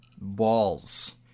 balls